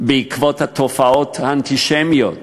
בעקבות התופעות האנטישמיות